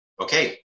Okay